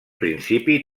principi